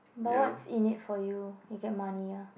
no what's in it for you you get money ah